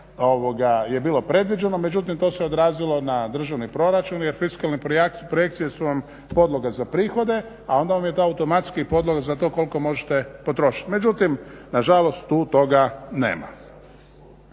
je bilo predviđeno, međutim to se odrazilo na državni proračun jer fiskalne projekcije su nam podloga za prihode, a onda nam je to automatski podloga za to koliko možete potrošiti. Međutim, nažalost tu toga nema.